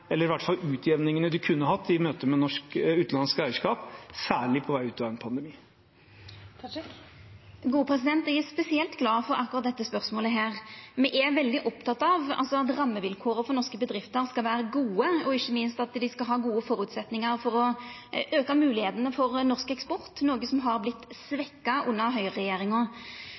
eller i hvert fall utjevningene, man kunne hatt i møte med utenlandsk eierskap, særlig på vei ut av en pandemi? Eg er spesielt glad for akkurat dette spørsmålet. Me er veldig opptekne av at rammevilkåra for norske bedrifter skal vera gode, og ikkje minst at dei skal ha gode føresetnader for å auka moglegheitene for norsk eksport, noko som har vorte svekt under høgreregjeringa.